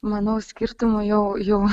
manau skirtumų jau jau